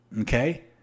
Okay